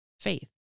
faith